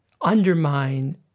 undermine